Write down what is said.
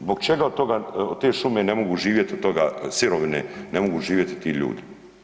Zbog čega od te šume ne mogu živjeti, od te sirovine ne mogu živjeti ti ljudi?